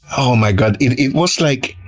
oh my god. it it was like,